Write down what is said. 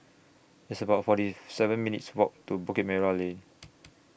It's about forty seven minutes' Walk to Bukit Merah Lane